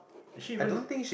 is she even